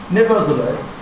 nevertheless